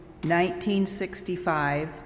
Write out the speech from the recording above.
1965